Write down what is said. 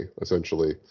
essentially